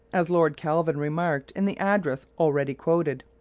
as lord kelvin remarked in the address already quoted,